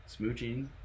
Smooching